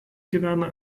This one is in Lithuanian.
gyvena